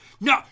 no